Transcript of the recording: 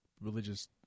religious